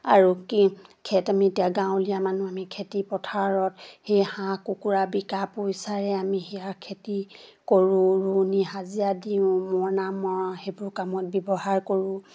আৰু কি খেতি আমি এতিয়া গাঁৱলীয়া মানুহ আমি খেতিপথাৰত সেই হাঁহ কুকুৰা বিকা পইচাৰে আমি সেয়া খেতি কৰোঁ ৰুৱনীৰ হাজিৰা দিওঁ মৰণা মৰা সেইবোৰ কামত ব্যৱহাৰ কৰোঁ